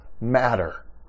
matter